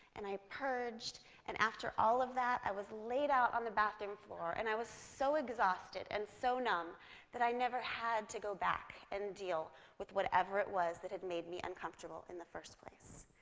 and i purged, and after all of that, i was laid out on the bathroom floor, and i was so exhausted and so numb that i never had to go back and deal with whatever it was that had made me uncomfortable in the first place,